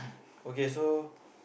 okay so